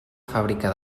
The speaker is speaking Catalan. fàbrica